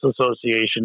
Association